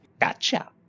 Gotcha